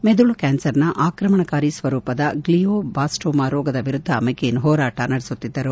ಮೆದುಳು ಕ್ಯಾನರ್ನ ಆಕ್ರಮಣಕಾರಿ ಸ್ವರೂಪದ ಗ್ಲಿಯೋಬ್ಲಾಸ್ತೋಮಾ ರೋಗದ ವಿರುದ್ದ ಮೆಕೇನ್ ಹೋರಾಟ ನಡೆಸುತ್ತಿದ್ದಾರೆ